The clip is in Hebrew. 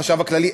החשב הכללי,